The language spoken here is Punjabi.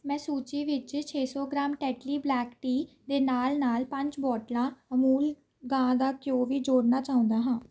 ਮੈਂ ਸੂਚੀ ਵਿੱਚ ਛੇ ਸੌ ਗ੍ਰਾਮ ਟੈਟਲੀ ਬਲੈਕ ਟੀ ਦੇ ਨਾਲ ਨਾਲ ਪੰਜ ਬੋਤਲਾਂ ਅਮੂਲ ਗਾਂ ਦਾ ਘਿਓ ਵੀ ਜੋੜਨਾ ਚਾਉਂਦਾ ਹਾਂ